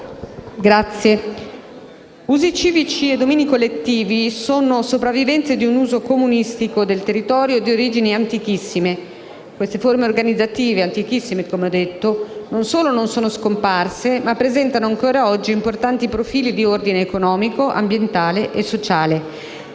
usi civici e domini collettivi sono sopravvivenze di un uso comunistico del territorio di origini antichissime. Queste forme organizzative antichissime - lo ribadisco - non solo non sono scomparse, ma presentano ancor oggi importanti profili di ordine economico, ambientale e sociale.